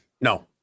No